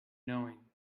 knowing